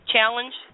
Challenge